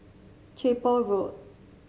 Chapel Road